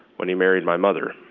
when he married my mother.